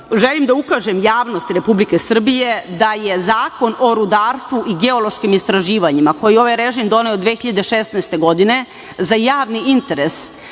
da ukažem javnosti Republike Srbije da je Zakon o rudarstvu i geološkim istraživanjima koji je ovaj režim doneo 2016. godine za javni interes